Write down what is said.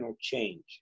change